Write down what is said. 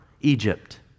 Egypt